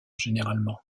généralement